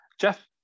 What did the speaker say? jeff